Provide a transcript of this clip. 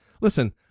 listen